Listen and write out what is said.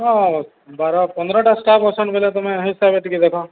ହଁ ବାର ପନ୍ଦରଟା ଷ୍ଟାଫ ଅଛନ୍ ବେଲେ ତମେ ସେହି ହିସାବରେ ଟିକେ ଦେଖ